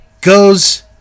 goes